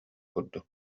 курдук